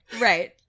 Right